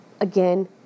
again